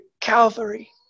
Calvary